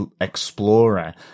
explorer